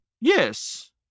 Yes